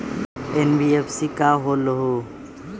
NBFC का होलहु?